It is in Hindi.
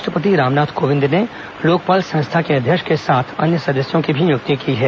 राष्ट्रपति रामनाथ कोविंद ने लोकपाल संस्था के अध्यक्ष के साथ अन्य सदस्यों की भी नियुक्ति की है